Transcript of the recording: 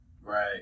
right